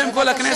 בשם כל הכנסת,